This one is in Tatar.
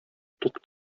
тук